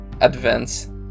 advance